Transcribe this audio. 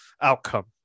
outcome